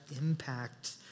impact